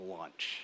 lunch